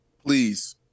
Please